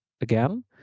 again